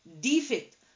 defect